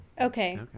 Okay